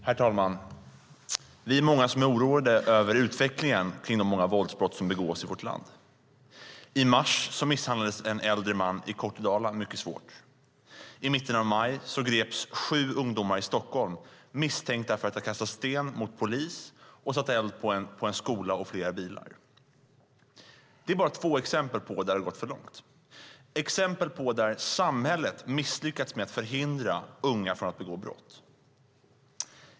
Herr talman! Vi är många som är oroade över utvecklingen kring de många våldsbrott som begås i vårt land. I mars misshandlades en äldre man i Kortedala mycket svårt. I mitten av maj greps sju ungdomar i Stockholm, misstänkta för att ha kastat sten mot polis och satt eld på en skola och flera bilar. Det är bara två exempel där det gått för långt - exempel där samhället har misslyckats med att förhindra unga från att begå brott.